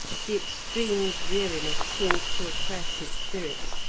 the extreme dreariness seemed to oppress his spirits,